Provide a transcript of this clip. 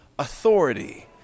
authority